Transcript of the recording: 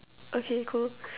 okay cool